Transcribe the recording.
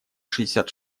шестьдесят